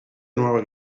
nueva